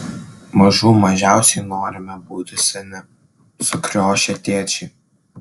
mažų mažiausiai norime būti seni sukriošę tėčiai